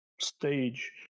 stage